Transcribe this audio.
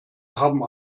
haben